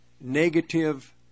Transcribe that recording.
negative